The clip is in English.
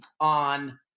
on